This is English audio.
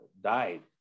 died